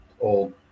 old